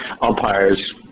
umpires